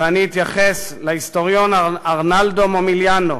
ואני אתייחס להיסטוריון ארנאלדו מומיליאנו,